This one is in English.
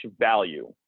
value